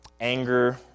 anger